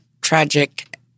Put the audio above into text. tragic